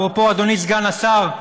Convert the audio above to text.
אפרופו אדוני סגן השר,